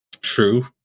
True